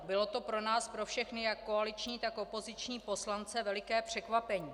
Bylo to pro nás pro všechny, jak koaliční, tak opoziční poslance, veliké překvapení.